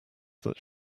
that